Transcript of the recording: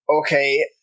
okay